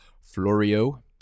Florio